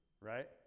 Right